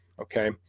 okay